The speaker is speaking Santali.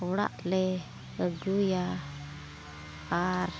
ᱚᱲᱟᱜ ᱞᱮ ᱟᱹᱜᱩᱭᱟ ᱟᱨ